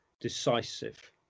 decisive